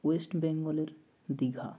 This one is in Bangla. ওয়েস্ট বেঙ্গলের দীঘা